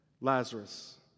Lazarus